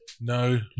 No